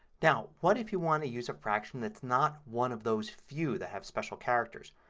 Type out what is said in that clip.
now what if you want to use a fraction that's not one of those few that have special characters.